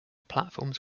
platforms